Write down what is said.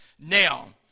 Now